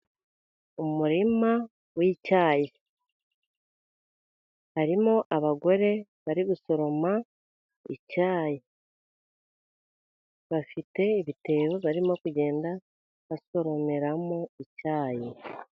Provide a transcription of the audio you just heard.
Umurima w'icyayi harimo abagore bari gusoroma icyayi, bafite ibitebo barimo kugenda basoromeramo icyayi.